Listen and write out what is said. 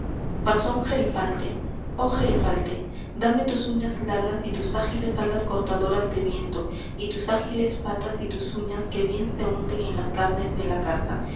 pasó un gerifalte oh gerifalte dame tus uñas largas y tus ágiles alas cortadoras de viento y tus ágiles patas y tus uñas que bien se unden en las carnes de la caza